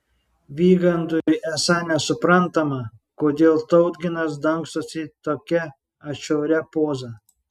vygandui esą nesuprantama kodėl tautginas dangstosi tokia atšiauria poza